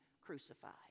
crucified